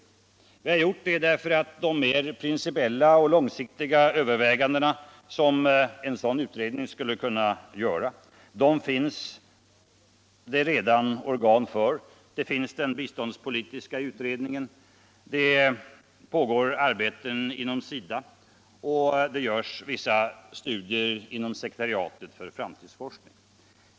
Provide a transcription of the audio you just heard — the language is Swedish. Och vi har gjort det därför att de mer principiella och långsiktiga överväganden som en sådan utredning skulle kunna göra finns det redan organ för. Vi har den biståndspolitiska utredningen, det pågår arbete om det inom SIDA och det görs vissa studier av Sekretariatet för framtidsstudier.